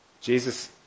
Jesus